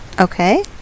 Okay